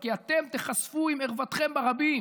כי אתם תיחשפו עם ערוותכם ברבים